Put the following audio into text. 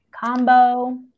Combo